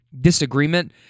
disagreement